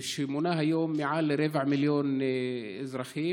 שמונה היום מעל לרבע מיליון אזרחים.